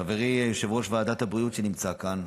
חברי יושב-ראש ועדת הבריאות, שנמצא כאן,